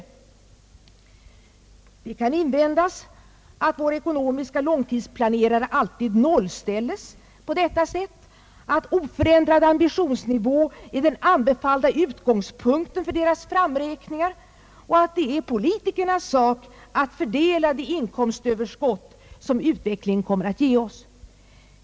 Det kan invändas att våra ekonomiska långtidsplanerare alltid nollställes på detta sätt, att oförändrad ambitionsnivå är den anbefallda utgångspunkten för deras framräkningar och att det är politikernas sak att fördela de inkomstöverskott som utvecklingen kommer att ge oss.